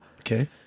Okay